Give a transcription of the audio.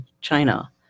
China